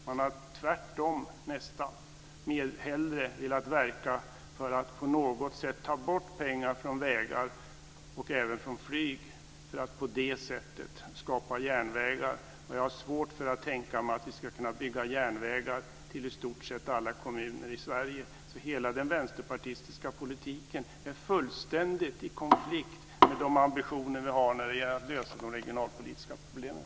Man har tvärtom nästan hellre velat verka för att på något sätt ta bort pengar från vägar, och även från flyg, för att på det sättet skapa järnvägar. Jag har svårt att tänka mig att vi ska kunna bygga järnvägar till i stort sett alla kommuner i Sverige. Hela den vänsterpartistiska politiken är fullständigt i konflikt med de ambitioner vi har när det gäller att lösa de regionalpolitiska problemen.